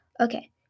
Okay